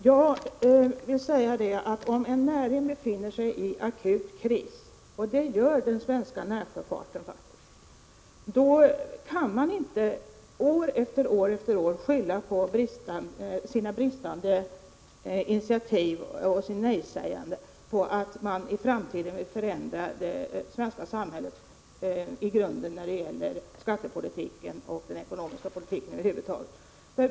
Herr talman! Om en näring befinner sig i akut kris, och det gör den svenska närsjöfarten faktiskt, då kan man inte år efter år skylla sina bristande initiativ och sitt nejsägande på att man i framtiden vill förändra det svenska samhället i grunden när det gäller skattepolitiken och den ekonomiska politiken över huvud taget.